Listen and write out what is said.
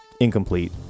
incomplete